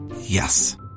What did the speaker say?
Yes